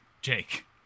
Jake